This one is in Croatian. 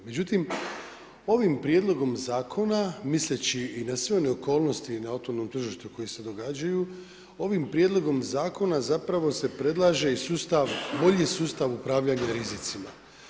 Međutim, ovim prijedlogom zakona misleći i na sve one okolnosti i na otvorenom tržištu koje se događaju ovim prijedlogom zakona zapravo se predlaže i bolji sustav upravljanja rizicima.